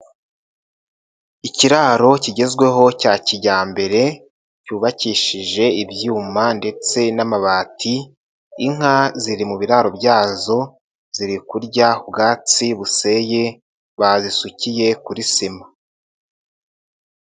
Ikiraro kigezweho cya kijyambere cyubakishije ibyuma ndetse n'amabati inka ziri mu biraro byazo ziri kurya ubwatsi buseye bazisukiye kuri sima.